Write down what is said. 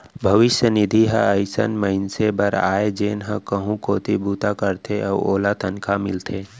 भविस्य निधि ह अइसन मनसे बर आय जेन ह कहूँ बूता करथे अउ ओला तनखा मिलथे